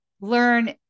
learn